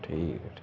ਠੀਕ ਠੀਕ